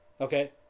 Okay